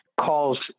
calls